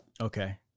Okay